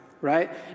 right